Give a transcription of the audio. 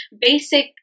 basic